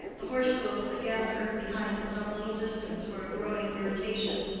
the horse-hoofs again heard behind at some little distance were a growing irritation.